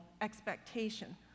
expectation